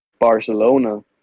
barcelona